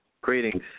Greetings